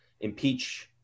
impeach